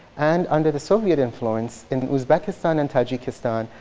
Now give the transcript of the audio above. and under the soviet influence in uzbekistan and tajikistan,